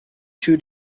two